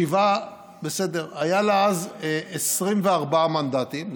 בסדר, היו לה אז 24 מנדטים.